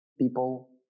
people